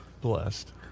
blessed